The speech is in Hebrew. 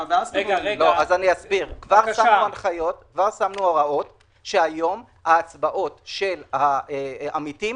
שמנו הוראות כך שהיום ההצבעות של העמיתים